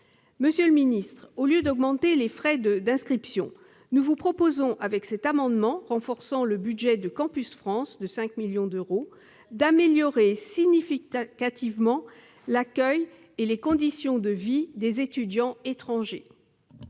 Monsieur le ministre, au lieu d'augmenter les frais d'inscription, nous vous proposons, par cet amendement visant à renforcer le budget de Campus France de 5 millions d'euros, d'améliorer significativement l'accueil et les conditions de vie des étudiants étrangers.